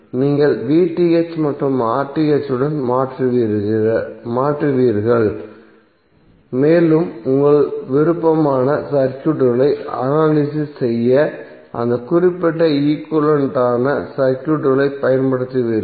நீங்கள் மற்றும் உடன் மாற்றுவீர்கள் மேலும் உங்கள் விருப்பமான சர்க்யூட்களை அனலிசிஸ் செய்ய அந்த குறிப்பிட்ட ஈக்விவலெண்ட் ஆன சர்க்யூட்களைப் பயன்படுத்துவீர்கள்